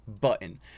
button